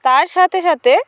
তার সাথে সাথে